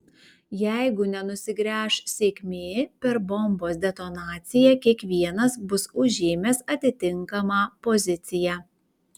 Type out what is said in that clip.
jeigu nenusigręš sėkmė per bombos detonaciją kiekvienas bus užėmęs atitinkamą poziciją